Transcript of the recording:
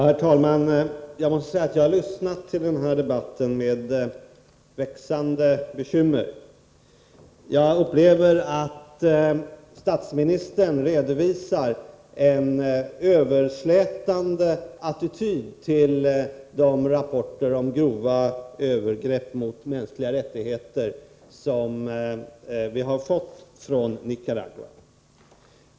Herr talman! Jag måste säga att jag, efter att ha lyssnat till den här debatten, bara blir mer bekymrad. Statsministern visar, som jag upplever det, en överslätande attityd när det gäller de rapporter om grova övergrepp mot de mänskliga rättigheterna som vi har fått från Nicaragua.